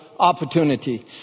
Opportunity